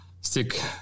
stick